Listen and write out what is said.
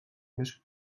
més